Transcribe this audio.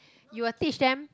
you will teach them